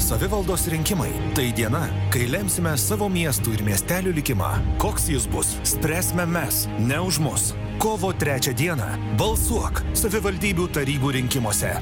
savivaldos rinkimai tai diena kai lemsime savo miestų ir miestelių likimą koks jis bus spręsime mes ne už mus kovo trečią dieną balsuok savivaldybių tarybų rinkimuose